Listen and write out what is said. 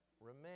remain